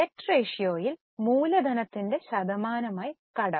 debt റേഷ്യോയിൽ മൂലധനത്തിന്റെ ശതമാനമായി കടം